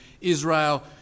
Israel